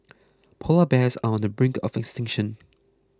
Polar Bears are on the brink of extinction